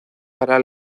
para